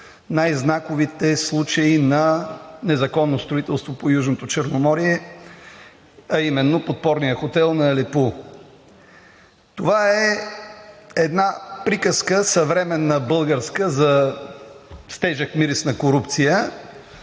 най-знаковите случаи на незаконно строителство по Южното Черноморие, а именно подпорният хотел на Алепу. Това е една съвременна българска приказка с тежък мирис на корупция.